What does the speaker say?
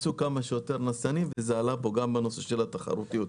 לכל דבר שנוגע לשתי הסיבות האלו תהיה לכם סמכות לתת פטורים.